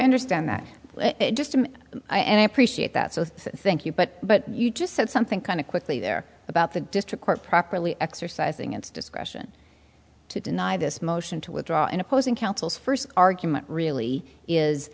understand that just him and i appreciate that so thank you but but you just said something kind of quickly there about the district court properly exercising its discretion to deny this motion to withdraw in opposing counsels first argument really is